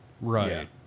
Right